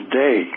day